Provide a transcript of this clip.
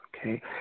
okay